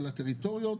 ודרכם